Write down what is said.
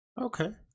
Okay